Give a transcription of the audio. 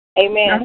Amen